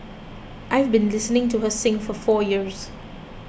I've been listening to her sing for four years